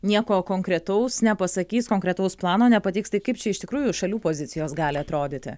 nieko konkretaus nepasakys konkretaus plano nepateiks tai kaip čia iš tikrųjų šalių pozicijos gali atrodyti